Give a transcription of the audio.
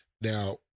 Now